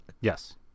Yes